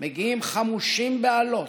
מגיעים חמושים באלות,